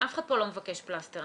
אחד לא מבקש פלסטר.